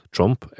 Trump